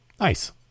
Nice